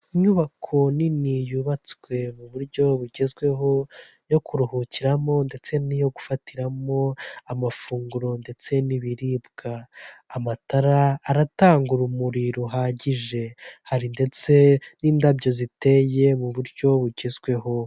Inyubako nini yubatswe mu buryo bugezweho yo kuruhukiramo ndetse n'iyo gufatiramo amafunguro ndetse n'ibiribwa, amatara aratanga urumuri ruhagije, hari ndetse n'indabyo ziteye mu buryo bugezweho.